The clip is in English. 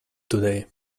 today